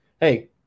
hey